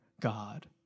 God